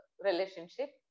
relationship